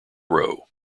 row